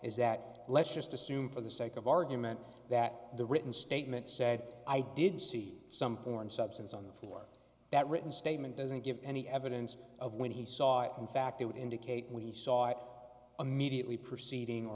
is that let's just assume for the sake of argument that the written statement said i did see some foreign substance on the floor that written statement doesn't give any evidence of when he saw it in fact it would indicate when he saw it immediately preceding or